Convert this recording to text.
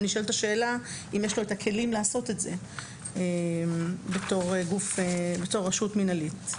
ונשאלת השאלה אם יש לו את הכלים לעשות את זה בתור רשות מנהלית.